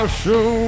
show